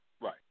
Right